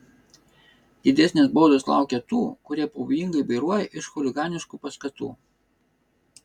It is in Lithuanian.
didesnės baudos laukia tų kurie pavojingai vairuoja iš chuliganiškų paskatų